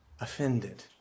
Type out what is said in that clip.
offended